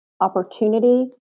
opportunity